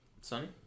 Sonny